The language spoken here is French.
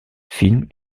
filme